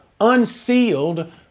unsealed